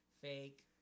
Fake